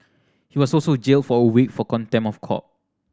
he was also jailed for a week for contempt of court